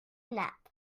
nap